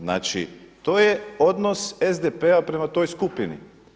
Znači, to je odnos SDP-a prema toj skupini.